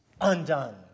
undone